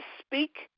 speak